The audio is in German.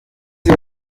sie